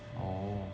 oh